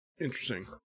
Interesting